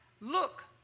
look